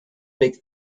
big